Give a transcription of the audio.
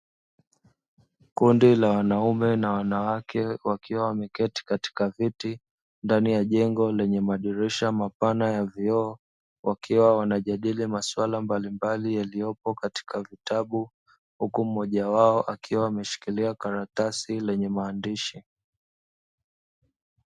Kundi la wanaume na wanawake wakiwa wameketi katika viti ndani ya jengo lenye madirisha mapana ya vioo, wakiwa wanajadili maswala mbalimbali yaliyopo katika vitabu huku mmoja wao akiwa ameshikilia karatasi lenye maandishi.